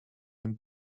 den